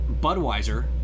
Budweiser